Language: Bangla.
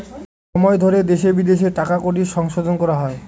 সময় ধরে দেশে বিদেশে টাকা কড়ির সংশোধন করা হয়